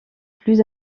plus